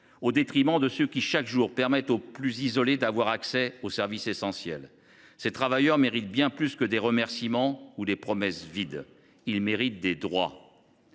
au détriment de ceux qui, chaque jour, permettent aux plus isolés d’avoir accès aux services essentiels. Ces travailleurs méritent bien plus que des remerciements ou des promesses vides. Ils méritent des droits.